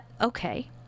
okay